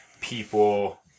people